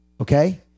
Okay